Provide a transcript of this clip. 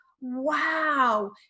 wow